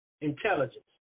intelligence